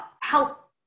help